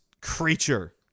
creature